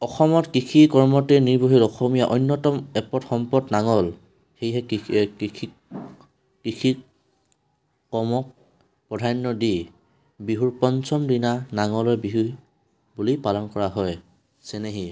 অসমত কৃষিকৰ্মতে নিৰ্ভৰশীল অসমীয়া অন্যতম এপদ সম্পদ নাঙল সেয়ে কৃষি কৃষিত কৃষি কৰ্মক প্ৰধান্য দি বিহুৰ পঞ্চম দিনা নাঙলৰ বিহু বুলি পালন কৰা হয় চেনেহী